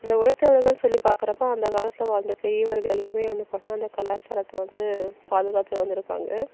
இந்த உரைத்தவர்கள்னு சொல்லி பாக்கிறப்ப அந்த காலத்தில் வாழ்ந்த பெரியவர்கள் எல்லாம் வந்து பார்த்தோம்னா அந்த கலாச்சாரத்தை வந்து பாதுகாத்து வந்திருக்காங்க